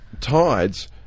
tides